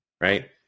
right